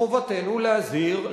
חובתנו להזהיר,